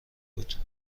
بود